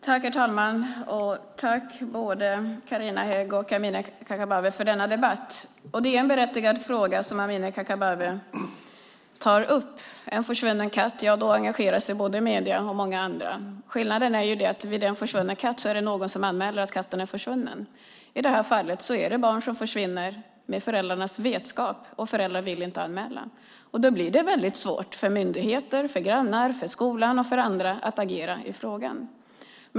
Herr talman! Tack, Amineh Kakabaveh och Carina Hägg, för att ni tar upp denna fråga till debatt! Det är en berättigad fråga Amineh Kakabaveh tar upp. När det handlar om en försvunnen katt engagerar sig både medier och andra. Skillnaden är att i fråga om katten är det någon som anmäler att den är försvunnen. I det här fallet försvinner barn med föräldrarnas vetskap, och föräldrarna vill inte anmäla det. Då blir det svårt för myndigheter, grannar, skolan och andra att agera.